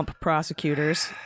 prosecutors